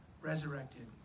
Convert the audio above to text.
resurrected